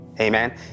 Amen